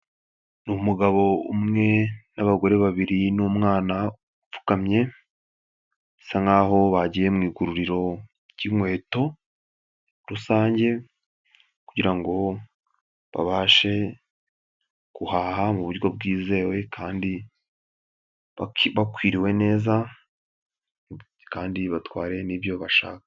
Ni umugabo umwe, n'abagore babiri n'umwana, upfukamye. Bisa nkaho bagiye mu iguriro ry'inkweto, rusange, kugira ngo, babashe, guhaha mu buryo bwizewe kandi, baki bakwiriwe neza, kandi batware n'ibyo bashaka.